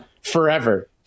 forever